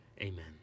amen